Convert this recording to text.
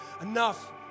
enough